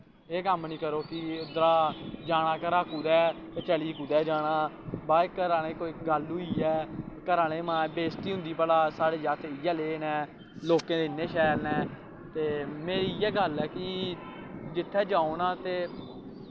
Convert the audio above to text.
एह् कम्म निं करो की इद्धरा जाना घरा कुदै ते चली कुदै जाना बाद च घर आह्लें कोई गल्ल होई ऐ घर आह्लें दी माहें बेसती होंदी ऐ साढ़े जागत इ'यै लै न लोकें दे इन्ने शैल न ते मेरी इ'यै गल्ल ऐ कि जित्थें जाओ नां ते